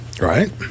right